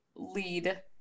Lead